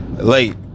late